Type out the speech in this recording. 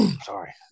sorry